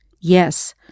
Yes